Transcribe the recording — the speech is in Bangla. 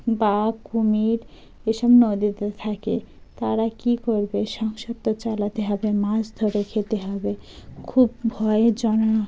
বাঘ কুমির এসব নদীতে থাকে তারা কী করবে সংসার তো চালাতে হবে মাছ ধরে খেতে হবে খুব ভয়ে জন